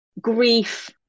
grief